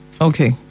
Okay